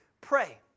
pray